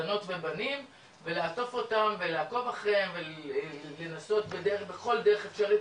בנות ובנים ולעטוף אותם ולעקוב אחריהם ולנסות בכל דרך אפשרית,